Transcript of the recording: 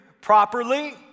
properly